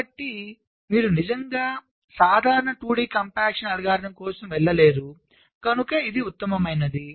కాబట్టి మీరు నిజంగా సాధారణ 2 డి కాంపాక్షన్ అల్గోరిథం కోసం వెళ్ళలేరుకనుక ఇది ఉత్తమమైనది